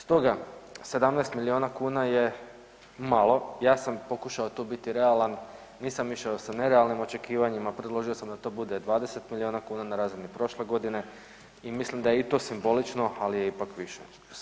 Stoga 17 milijuna kuna je malo, ja sam pokušao tu biti realan, nisam išao sa nerealnim očekivanjima, predložio sam da to bude 20 milijuna kuna na razini prošle godine i mislim da je i to simbolično, ali je ipak više.